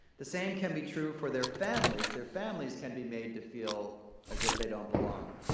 the same can be true for their families. their families can be made to feel as if they don't belong.